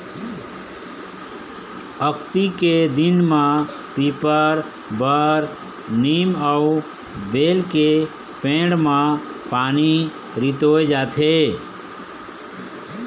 अक्ती के दिन म पीपर, बर, नीम अउ बेल के पेड़ म पानी रितोय जाथे